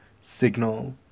Signal